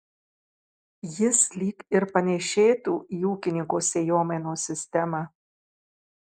jis lyg ir panėšėtų į ūkininko sėjomainos sistemą